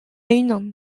unan